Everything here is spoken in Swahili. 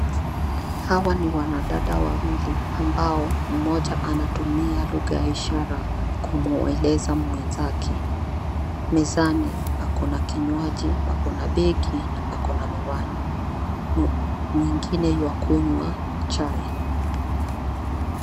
Hawa ni wanadada wawili, ambao ,mmoja anatumia lugha ya ishara kumueleza mwenzake. Mezani, pako na kinywaji ,pako na beki na pako na miwani. Mwingine yuakunywa chai.